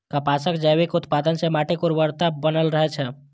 कपासक जैविक उत्पादन सं माटिक उर्वरता बनल रहै छै